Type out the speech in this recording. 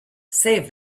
save